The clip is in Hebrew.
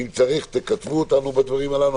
ואם צריך תכתבו אותנו בדברים הללו,